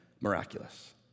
miraculous